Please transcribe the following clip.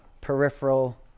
peripheral